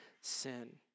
sin